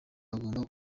bagomba